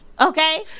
okay